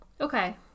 okay